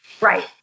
right